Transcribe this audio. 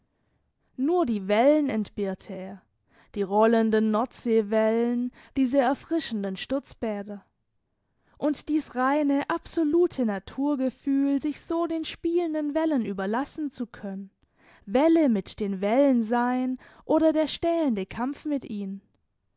nur die wellen entbehrte er die rollenden nordseewellen diese erfrischenden sturzbäder und dies reine absolute naturgefühl sich so den spielenden wellen überlassen zu können welle mit den wellen sein oder der stählende kampf mit ihnen